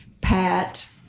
Pat